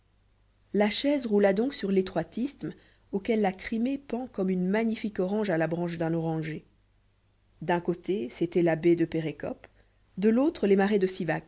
la chaise roula donc sur l'étroit isthme auquel la crimée pend comme une magnifique orange à la branche d'un oranger d'un côté c'était la baie de pérékop de l'autre les marais de